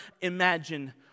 imagine